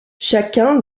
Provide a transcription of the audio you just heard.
chacun